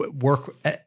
work